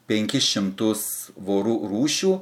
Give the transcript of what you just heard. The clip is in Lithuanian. penkis šimtus vorų rūšių